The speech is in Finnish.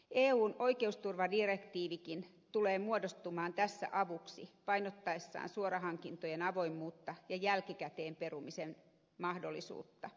eun oikeusturvadirektiivikin tulee muodostumaan tässä avuksi painottaessaan suorahankintojen avoimuutta ja jälkikäteen perumisen mahdollisuutta